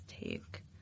take